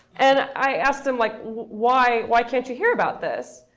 and i asked him, like, why why can't you hear about this?